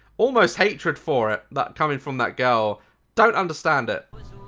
almost hatred for it that's coming from that girl don't understand it